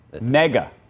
Mega